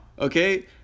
okay